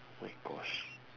oh my gosh